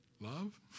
love